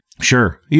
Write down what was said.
Sure